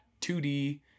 2D